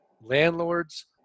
landlords